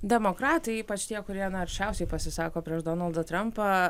demokratai ypač tie kurie na aršiausiai pasisako prieš donaldą trampą